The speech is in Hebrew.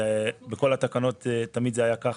בכל התקנות זה תמיד היה כך,